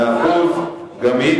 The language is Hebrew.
בלוף, בלוף.